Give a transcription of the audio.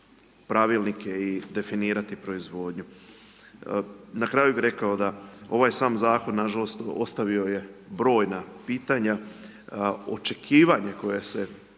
Pravilnike i definirati proizvodnju. Na kraju bih rekao da ovaj sam Zakon, nažalost, ostavio je brojna pitanja. Očekivanje koje se